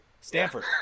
Stanford